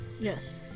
Yes